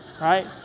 right